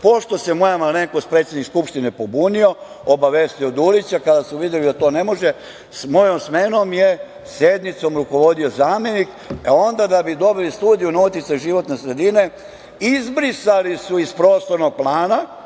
Pošto se moja malenkost, predsednik skupštine pobunio, obavestio Dulića, kada su videli da to ne može, mojom smenom je sednicom rukovodio zamenik. E, onda da bi dobili studiju na uticaj životne sredine, izbrisali su iz prostornog plana